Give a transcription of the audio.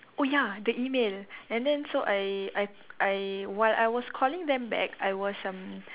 oh ya the email and then so I I I while I was calling them back I was um